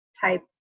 type